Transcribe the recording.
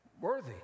worthy